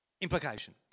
implication